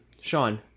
Sean